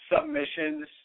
submissions